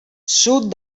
sud